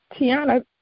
Tiana